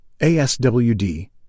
ASWD